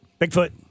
Bigfoot